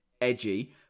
edgy